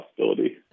possibility